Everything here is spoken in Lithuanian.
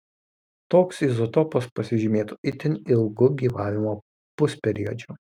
toks izotopas pasižymėtų itin ilgu gyvavimo pusperiodžiu